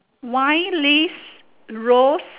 wine leave rose